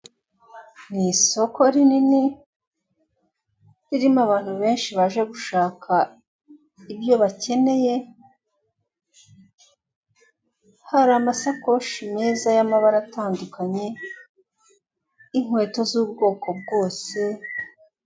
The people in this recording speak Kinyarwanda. Ni isoko rinini ririmo abantu benshi baje gushaka ibyo bakeneye hari amasakoshi meza y'amabara atandukanye n'inkweto z'ubwoko bwose.